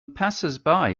passersby